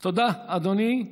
תודה, אדוני.